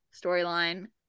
storyline